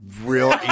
real